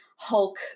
Hulk